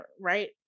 right